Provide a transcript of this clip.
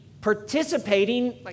participating